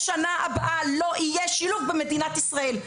בשנה הבאה לא יהיה שילוב במדינת ישראל.